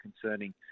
concerning